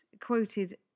quoted